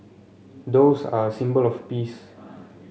doves are a symbol of peace